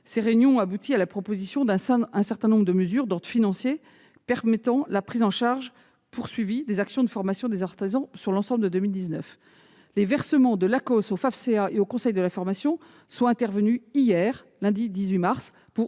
Ces réunions ont abouti à la proposition d'un certain nombre de mesures d'ordre financier permettant de poursuivre la prise en charge des actions de formation des artisans, sur l'ensemble de l'année. Les versements de l'Acoss au Fafcea et aux conseils de la formation sont intervenus hier, lundi 18 mars